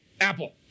apple